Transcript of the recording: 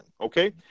okay